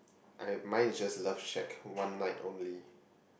I have mine is just love shack one night only